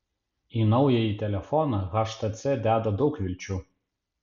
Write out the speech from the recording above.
į naująjį telefoną htc deda daug vilčių